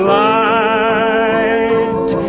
light